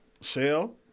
Shell